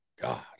God